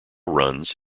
runs